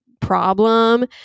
problem